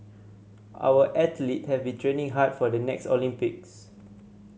our athlete have been training hard for the next Olympics